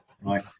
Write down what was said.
right